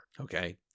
okay